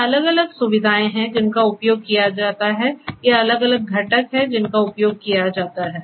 ये अलग अलग सुविधाएं हैं जिनका उपयोग किया जाता है ये अलग अलग घटक हैं जिनका उपयोग किया जाता है